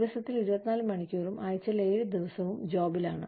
ദിവസത്തിൽ 24 മണിക്കൂറും ആഴ്ചയിൽ 7 ദിവസവും ജോബിലാണ്